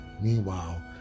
Meanwhile